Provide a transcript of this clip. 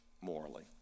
morally